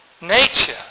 nature